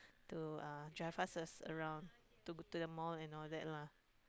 to uh drive us around to to the mall and all that lah